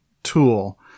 tool